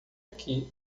aqui